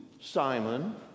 Simon